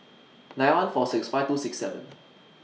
nine one four six five two six seven